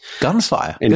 Gunfire